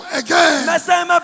again